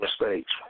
mistakes